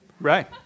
Right